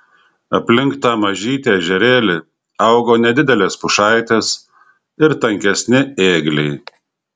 aplink tą mažytį ežerėlį augo nedidelės pušaitės ir tankesni ėgliai